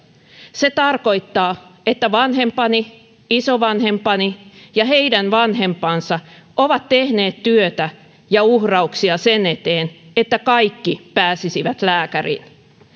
se tarkoittaa että vanhempani isovanhempani ja heidän vanhempansa ovat tehneet työtä ja uhrauksia sen eteen että kaikki pääsisivät lääkäriin